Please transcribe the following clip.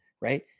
right